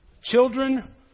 Children